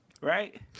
right